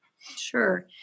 Sure